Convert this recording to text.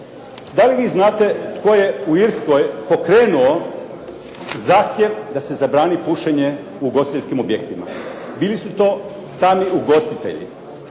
Da li vi znate tko je u Irskoj pokrenuo zahtjev da se zabrani pušenje u ugostiteljskim objektima? Bili su to sami ugostitelji.